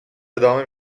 ادامه